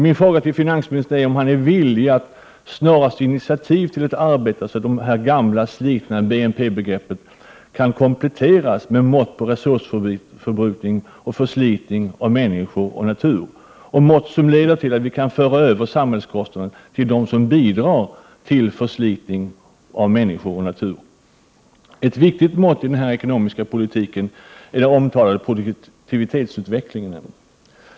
Min fråga till finansministern är om han är villig att snarast ta initiativ till ett arbete som leder till att de gamla, slitna BNP-begreppen kan kompletteras med mått på resursförbrukning och förslitning när det gäller människor och natur. Det måste vara sådana mått som gör att vi kan föra över samhällskostnader på dem som bidrar till förslitningen av människor och natur. Ett viktigt mått i den ekonomiska politiken är den omtalade produktivitetsutvecklingen.